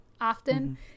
Often